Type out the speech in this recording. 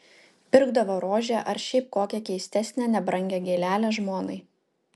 pirkdavo rožę ar šiaip kokią keistesnę nebrangią gėlelę žmonai